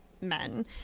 men